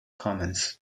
commons